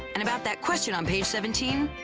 and about that question on page seventeen.